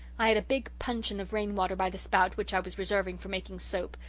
i had a big puncheon of rainwater by the spout which i was reserving for making soap.